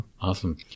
Awesome